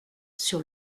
sur